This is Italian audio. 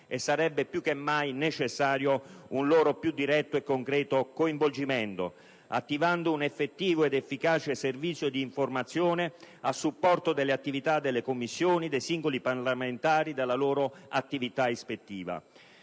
Sarebbe più che mai necessario un loro più diretto e concreto coinvolgimento, attivando un effettivo ed efficace servizio di informazione a supporto delle attività delle Commissioni, dei singoli parlamentari, della loro attività ispettiva.